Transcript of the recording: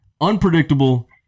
unpredictable